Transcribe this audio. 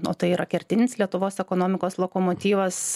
o tai yra kertinis lietuvos ekonomikos lokomotyvas